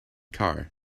car